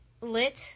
lit